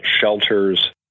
shelters